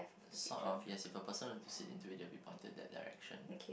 sort of yes if a person were to sit into it they'll be pointed that direction